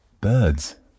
Birds